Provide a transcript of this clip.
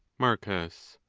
marcus.